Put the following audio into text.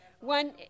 One